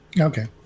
Okay